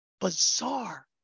bizarre